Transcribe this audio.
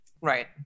Right